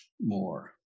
more